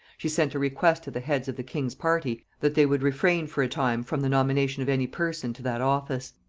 she sent a request to the heads of the king's party that they would refrain for a time from the nomination of any person to that office.